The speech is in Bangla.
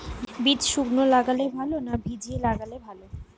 বীজ শুকনো লাগালে ভালো না ভিজিয়ে লাগালে ভালো?